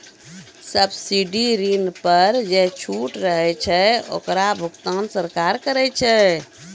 subsidy ऋण पर जे छूट रहै छै ओकरो भुगतान सरकार करै छै